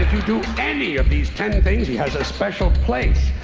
you do any of these ten things, he has a special place,